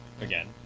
again